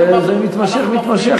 וזה מתמשך ומתמשך,